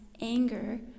anger